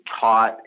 taught